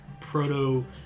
proto